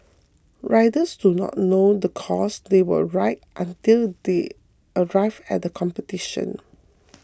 riders do not know the course they will ride until they arrive at competition